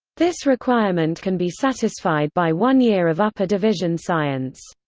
this requirement can be satisfied by one year of upper-division science.